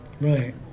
Right